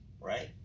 right